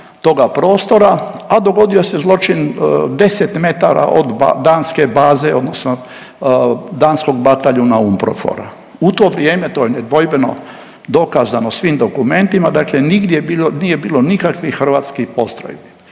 toga prostora, a dogodio se zločin 10 metara od danske baze odnosno danskog bataljuna UNPROFOR-a. U to vrijeme to je nedvojbeno dokazano svim dokumentima, dakle nigdje bilo nije bilo nikakvih hrvatskih postrojbi.